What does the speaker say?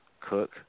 Cook